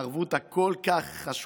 הערבות החשובה כל כך,